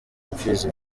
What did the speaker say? imfizi